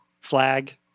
Flag